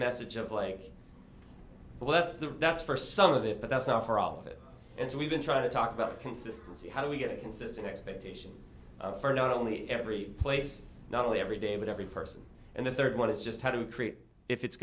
message of like well that's the that's for some of it but that's not for all of it and so we've been trying to talk about consistency how do we get consistent expectations for not only every place not only every day but every person and the third one is just how do